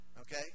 okay